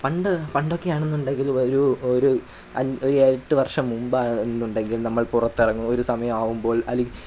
പണ്ട് പണ്ടൊക്കെ ആണെന്നുണ്ടെങ്കിൽ ഒരൂ ഒരു അൻ ഒരേഴെട്ടു വർഷം മുമ്പാണ് ആണെന്നുണ്ടെങ്കിൽ നമ്മൾ പുറത്തിറങ്ങു ഒരു സമയം ആകുമ്പോൾ അല്ലേ